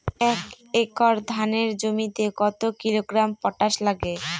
এক একর ধানের জমিতে কত কিলোগ্রাম পটাশ লাগে?